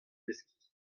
deskiñ